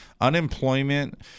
unemployment